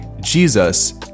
Jesus